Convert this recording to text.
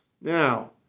Now